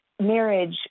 marriage